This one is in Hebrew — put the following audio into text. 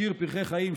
השיר "פרחי חיים",